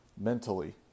mentally